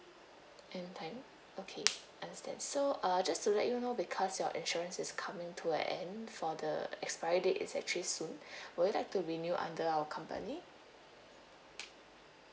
anytime okay understand so uh just to let you know because your insurance is coming to a end for the expiry date is actually soon will you like to renew under our company